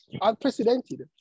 unprecedented